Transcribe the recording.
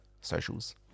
socials